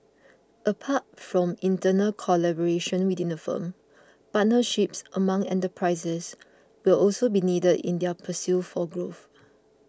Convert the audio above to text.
apart from internal collaboration within the firm partnerships among enterprises will also be needed in their pursuit for growth